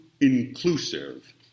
inclusive